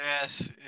Yes